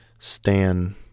Stan